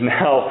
now